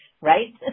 right